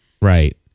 Right